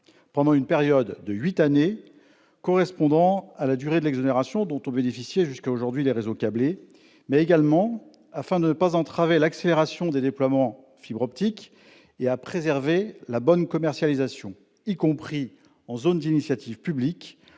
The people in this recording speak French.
pendant une période de huit années, correspondant à la durée de l'exonération dont ont bénéficié jusqu'à aujourd'hui les réseaux câblés, pour ne pas entraver l'accélération des déploiements de fibre optique et préserver une bonne commercialisation, y compris en zone d'initiative publique